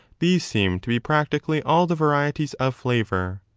these seem to be practically all the varieties of flavour.